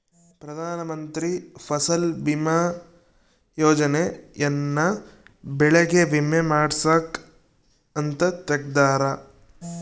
ಪ್ರಧಾನ ಮಂತ್ರಿ ಫಸಲ್ ಬಿಮಾ ಯೋಜನೆ ಯನ್ನ ಬೆಳೆಗೆ ವಿಮೆ ಮಾಡ್ಸಾಕ್ ಅಂತ ತೆಗ್ದಾರ